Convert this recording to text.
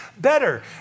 better